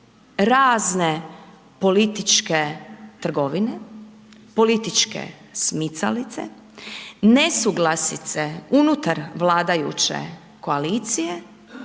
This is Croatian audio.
razne političke trgovine, političke smicalice, nesuglasice unutar vladajuće koalicije